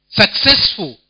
successful